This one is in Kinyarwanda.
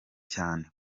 cyane